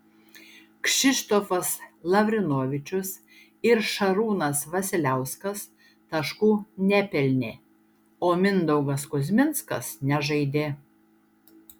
kšištofas lavrinovičius ir šarūnas vasiliauskas taškų nepelnė o mindaugas kuzminskas nežaidė